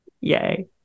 yay